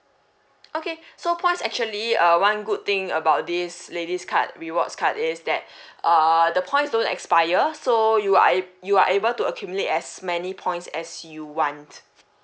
okay so points actually uh one good thing about this ladies card rewards card is that uh the points don't expire so you are ab~ you are able to accumulate as many points as you want